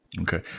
Okay